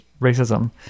racism